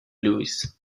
louis